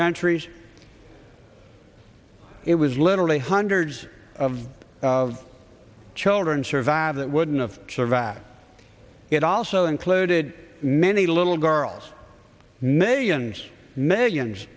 countries it was literally hundreds of of children survive that wouldn't of survived it also included many little girls millions millions